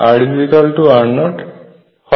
rr0 হয়